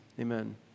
amen